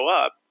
up